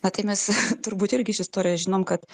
na tai mes turbūt irgi iš istorijos žinom kad